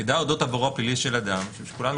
מידע אודות עברו הפלילי של אדם אני חושב שכולנו